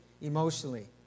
emotionally